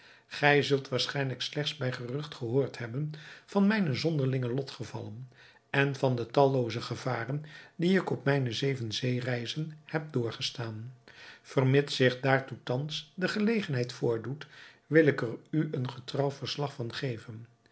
gij zult waarschijnlijk slechts bij gerucht gehoord hebben van mijne zonderlinge lotgevallen en van de tallooze gevaren die ik op mijne zeven zeereizen heb doorgestaan vermits zich daartoe thans de gelegenheid voordoet wil ik er u een getrouw verslag van geven